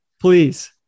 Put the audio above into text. Please